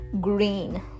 green